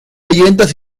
leyendas